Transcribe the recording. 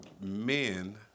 men